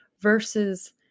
versus